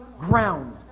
ground